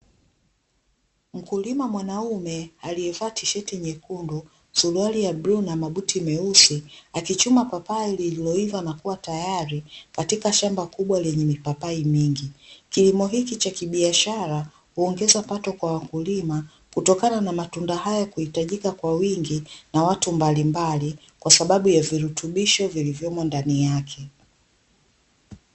Mkulima mwanamume aliyevaa tisheti nyekundu, suruali ya bluu na mabuti meusi akichuma papai aliloiva na kuwa tayari katika shamba kubwa lenye mipapai mingi, kilimo hiki cha kibiashara huongeza pato kwa wakulima kutokana na matunda haya kuhitajika kwa wingi na watu mbalimbali kwa sababu ya virutubisho vilivyomo ndani yake.